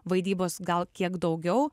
vaidybos gal kiek daugiau